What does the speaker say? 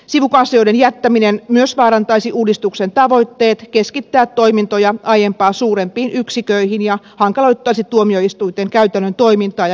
sivukanslioiden jättäminen myös vaarantaisi uudistuksen tavoitteet keskittää toimintoja aiempaa suurempiin yksiköihin ja hankaloittaisi tuomioistuinten käytännön toimintaa ja johtamista